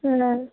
না